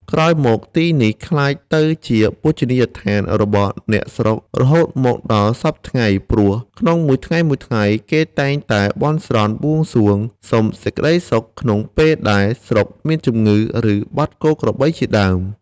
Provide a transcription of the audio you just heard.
ក្រោយមក ទីនេះក្លាយទៅជាបូជនីយដ្ឋានរបស់អ្នកស្រុករហូតមកដល់សព្វថ្ងៃ ព្រោះក្នុងមួយថ្ងៃៗ គេតែងតែបន់ស្រន់ បួងសួង សុំសេចក្ដីក្នុងពេលដែលស្រុកមានជំងឺ ឬ បាត់គោក្របីជាដើម ។